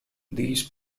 these